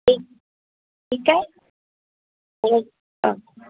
ठीकु आहे हलो हा